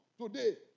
today